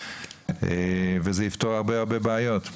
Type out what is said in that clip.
וזה יפתור הרבה בעיות.